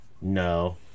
No